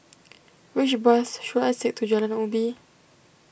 which bus should I take to Jalan Ubi